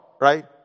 right